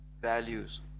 values